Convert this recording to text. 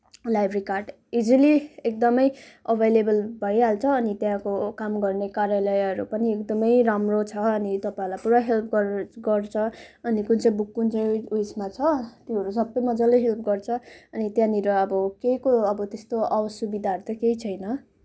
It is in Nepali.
लाइब्रेरी कार्ड इजिली एकदमै अभाइलेबल भइहाल्छ अनि त्यहाँको काम गर्ने कार्यालयहरू पनि एकदमै राम्रो छ अनि तपाईँहरूलाई पुरा हेल्प गर गर्छ अनि कुन चाहिँ बुक कुन चाहिँ उयो उयसमा छ त्योहरू सबै मजाले हेल्प गर्छ अनि त्यहाँनिर अब केहीको अब त्यस्तो असुविधाहरू त केही छैन